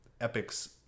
Epics